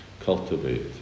cultivate